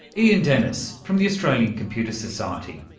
ian dennis from the australian computer society.